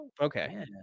Okay